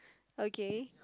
okay